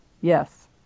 Yes